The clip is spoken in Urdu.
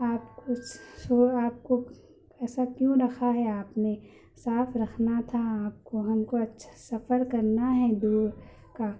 آپ کچھ آپ کو ایسا کیوں رکھا ہے آپ نے صاف رکھنا تھا آپ كو ہم كو اچّھا سفر كرنا ہے دور كا